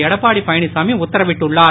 எடப்பாடி பழனிச்சாமி உத்தரவிட்டுள்ளார்